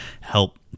help